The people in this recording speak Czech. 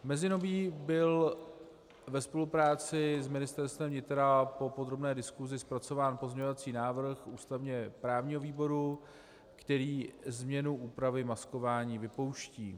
V mezidobí byl ve spolupráci s Ministerstvem vnitra po podrobné diskusi zpracován pozměňovací návrh ústavněprávního výboru, který změnu úpravy maskování vypouští.